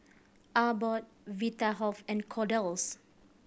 Abbott Vitahealth and Kordel's